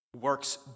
works